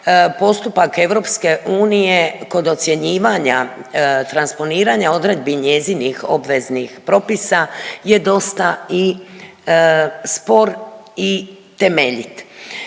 postupak EU kod ocjenjivanja transponiranja odredbi njezinih obveznih propisa je dosta i spor i temeljit.